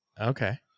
Okay